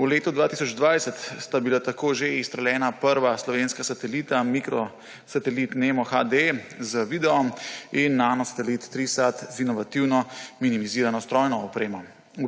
V letu 2020 sta bila tako že izstreljena prva slovenska satelita, mikrosatelit Nemo HD z videom in nanosatelit Trisat z inovativno minimizirano strojno opremo,